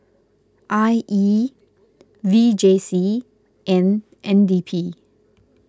I E V J C and N D P